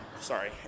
Sorry